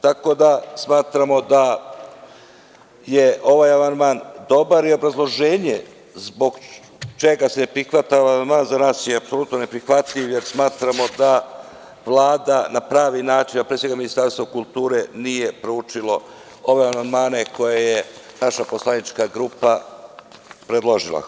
Tako da, smatramo da je ovaj amandman dobar i obrazloženje zbog čega se prihvata ovaj amandman, za nas je apsolutno neprihvatljiv, jer smatramo da Vlada na pravi način, a pre svega Ministarstvo kulture nije proučilo ove amandmane koje je naša poslanička grupa predložila.